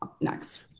next